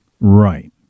Right